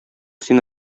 син